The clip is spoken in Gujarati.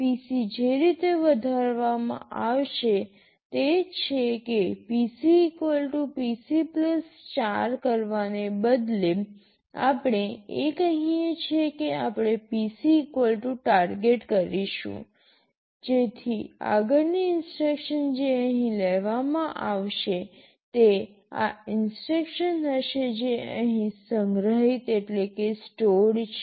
PC જે રીતે વધારવામાં આવશે તે છે કે PC PC ૪ કરવાને બદલે આપણે જે કહીએ છીએ તે છે કે આપણે PC ટાર્ગેટ કરીશું જેથી આગળની ઇન્સટ્રક્શન જે અહીં લેવામાં આવશે તે આ ઇન્સટ્રક્શન હશે જે અહીં સંગ્રહિત છે